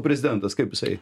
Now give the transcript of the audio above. prezidentas kaip jisai